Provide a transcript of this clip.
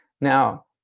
now